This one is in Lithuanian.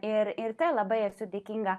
ir ir ten labai esu dėkinga